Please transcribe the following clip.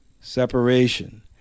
separation